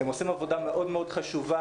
הם עושים עבודה מאוד חשובה,